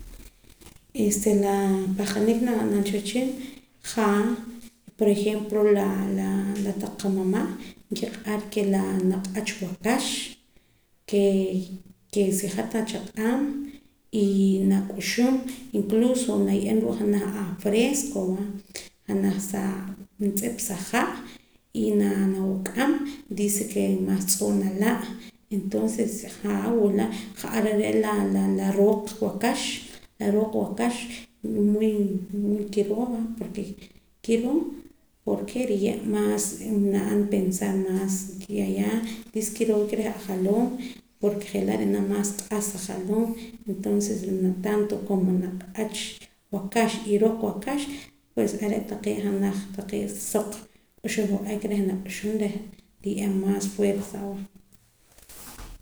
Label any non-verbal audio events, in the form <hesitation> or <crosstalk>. Este la pahqanik ke nab'anam cha wehchin jaa por ejemplo <hesitation> taq qamama' nkiq'ar ke la naq'ch waakax ke si hat nachaq'aam y nak'uxum incluso naye'em ruu' janaj afresco va na juntz'ip sa ha' y nawuk'am dice ke maas tz'oo' nala' entonces jaa wula ja'ar are' la rooq waakax la rooq waakax muy muy kiroo va porke nriye' kiroo porke nire' maas na'an pensar maas ya ya diske kiroo reh ajaloom porke jare' nre'nam maas q'as ajaloom entonces tanto naq'ach como naq'ach waakax rooq waakax pues are' taqee' janaj taqee' suq k'uxb'al wa'ak nak'uxum reh nriye'em maas fuerza aweh